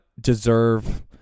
deserve